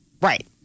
Right